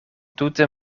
tute